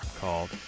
called